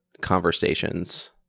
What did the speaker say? conversations